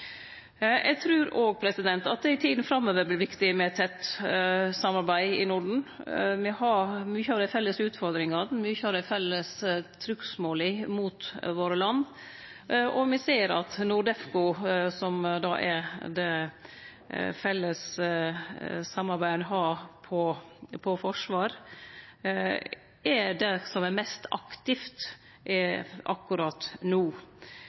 Me har mykje av dei felles utfordringane og mykje av dei felles trugsmåla mot landa våre, og me ser at NORDEFCO, som er det felles samarbeidet ein har om forsvar, er det som er mest aktivt akkurat no